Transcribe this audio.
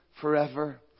forever